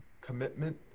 commitment